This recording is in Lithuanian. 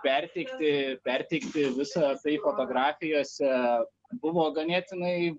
perteikti perteikti visą tai fotografijose buvo ganėtinai